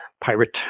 pirate